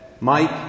Mike